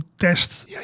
test